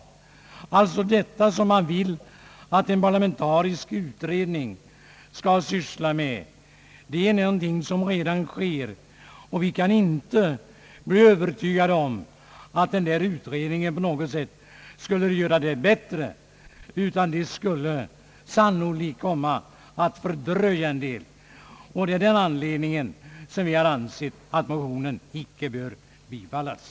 Det är detta man således vill att en parlamentarisk utredning skall syssla med. Det är dock någonting som redan sker, och vi kan inte bli övertygade om att den utredningen på något sätt skulle göra saker och ting bättre. I stället kommer den sannolikt att verka fördröjande. Det är av den anledningen som vi har ansett att motionen icke bör bifallas.